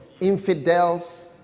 infidels